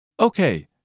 Okay